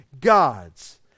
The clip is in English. gods